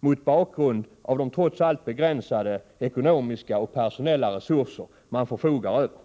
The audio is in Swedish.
mot bakgrund av de trots allt begränsade ekonomiska och personella resurser man förfogar över.